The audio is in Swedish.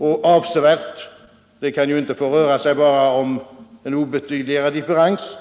och avsevärt överstiger vad som förutsetts — det kan inte få röra sig om endast en obetydlig differens.